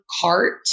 cart